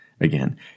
again